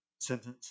sentence